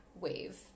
wave